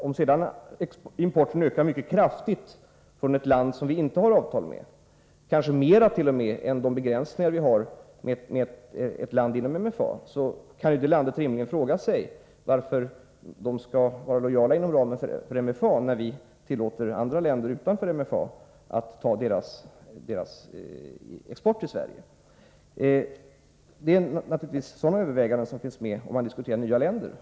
Om sedan importen ökar mycket kraftigt från ett land som vi inte har avtal med — kanske så mycket att den t.o.m. överstiger den begränsade importen från ett land inom MFA — kan MFA-landet rimligen fråga sig varför det skall vara lojalt inom ramen för MFA när vi tillåter andra länder, utanför MFA, att ta deras export till Sverige. Det är naturligtvis sådana överväganden som finns med när man diskuterar nya länder.